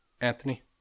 Anthony